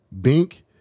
Bink